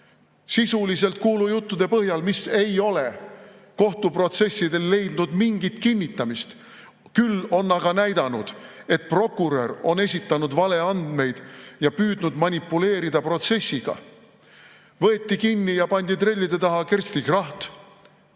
Sisuliselt kuulujuttude põhjal, mis ei ole kohtuprotsessidel leidnud mingit kinnitamist, küll on aga näidatud, et prokurör on esitanud valeandmeid ja püüdnud manipuleerida protsessiga, võeti kinni ja pandi trellide taha Kersti Kracht,